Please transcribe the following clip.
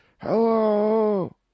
Hello